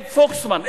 אייב פוקסמן,